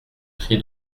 cri